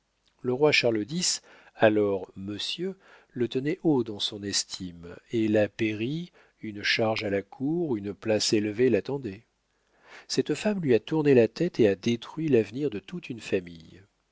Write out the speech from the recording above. le roi charles x alors monsieur le tenait haut dans son estime et la pairie une charge à la cour une place élevée l'attendaient cette femme lui a tourné la tête et a détruit l'avenir de toute une famille